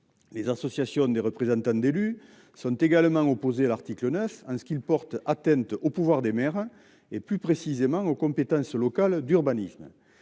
Les associations, des représentants d'élus sont également opposés à l'article 9. Ce qu'il porte atteinte au pouvoir des maires et plus précisément aux compétences local d'urbanisme.